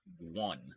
One